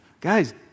Guys